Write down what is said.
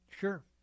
Sure